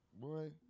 Boy